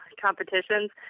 competitions